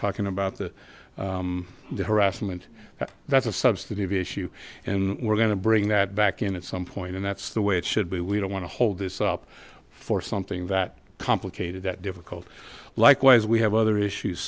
talking about the the harassment that's a substantive issue and we're gonna bring that back in at some point and that's the way it should be we don't want to hold this up for something that complicated that difficult likewise we have other issues